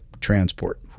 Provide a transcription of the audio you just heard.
transport